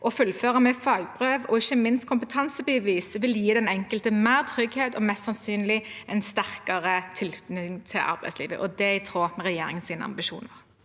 og fullføre med fagbrev og ikke minst kompetansebevis. Det vil gi den enkelte mer trygghet og mest sannsynlig en sterkere tilknytning til arbeidslivet. Det er i tråd med regjeringens ambisjoner.